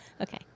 Okay